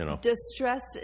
distressed